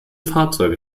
fahrzeuge